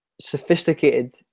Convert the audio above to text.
sophisticated